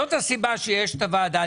זאת הסיבה שיש את הוועדה.